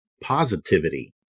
positivity